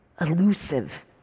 elusive